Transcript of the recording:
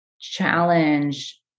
challenge